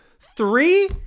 Three